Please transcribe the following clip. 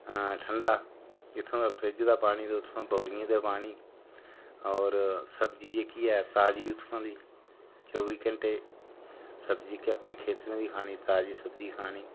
ठंडा इत्थुं दा फ्रिज़ दा पानी उत्थुआं दे बोलियें दा पानी होर सब्जी जेह्की ऐ ताजी उत्थुआं दी चौबी घैंटे सब्जी के अपने खेत्तरें दी खानी ताजी सब्जी खानी